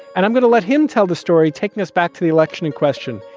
and i'm going to let him tell the story. taking us back to the election in question.